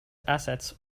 assets